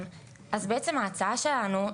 בעצם ההצעה שלנו,